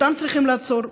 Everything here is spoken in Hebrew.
אותם צריכים לעצור,